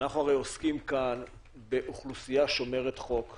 הרי אנחנו עוסקים כאן באוכלוסייה שומרת חוק ככלל,